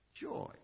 joy